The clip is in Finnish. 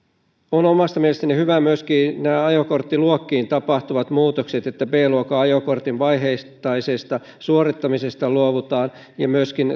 omasta mielestäni hyviä ovat myöskin nämä ajokorttiluokkiin tapahtuvat muutokset b luokan ajokortin vaiheittaisesta suorittamisesta luovutaan ja myöskin